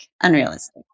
Unrealistic